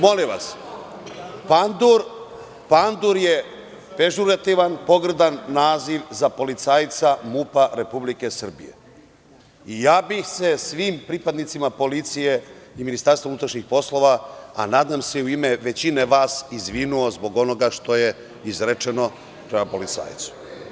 Molim vas, pandur je pežorativan, pogrdan naziv za policajca MUP Republike Srbije i ja bih se svim pripadnicima policije i MUP-u, a nadam se i većine vas, izvinio zbog onoga što je izrečeno prema policajcu.